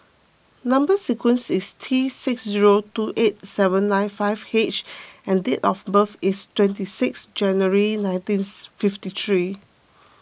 Number Sequence is T six zero two eight seven nine five H and date of birth is twenty sixth January nineteen fifty three